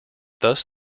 thus